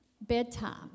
Bedtime